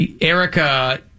Erica